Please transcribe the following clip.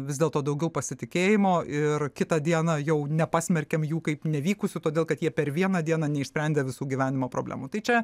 vis dėlto daugiau pasitikėjimo ir kitą dieną jau nepasmerkiam jų kaip nevykusių todėl kad jie per vieną dieną neišsprendė visų gyvenimo problemų tai čia